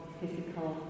physical